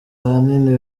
ahanini